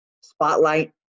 Spotlight